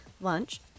lunch